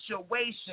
situation